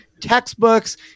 textbooks